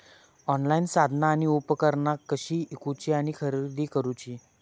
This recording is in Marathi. ऑनलाईन साधना आणि उपकरणा कशी ईकूची आणि खरेदी करुची?